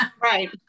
Right